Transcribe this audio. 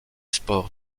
sports